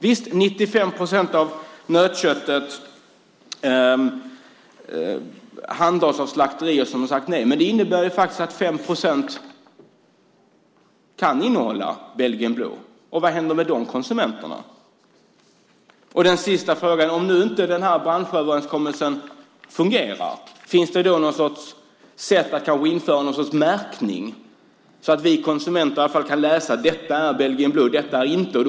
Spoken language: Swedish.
Visst, 95 procent av nötköttet handhas av slakterier som har sagt nej, men det innebär faktiskt att 5 procent kan innehålla belgisk blå, och vad händer med de berörda konsumenterna? Och så hade jag en sista fråga. Om nu inte den här branschöverenskommelsen fungerar, finns det då något sätt att kanske införa någon sorts märkning så att vi konsumenter i alla fall kan läsa att detta är belgisk blå och detta är det inte?